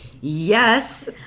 yes